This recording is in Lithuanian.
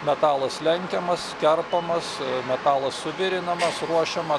metalas lenkiamas kerpamas metalas suvirinamas ruošiama